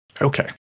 Okay